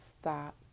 stop